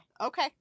Okay